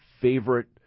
favorite